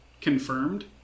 confirmed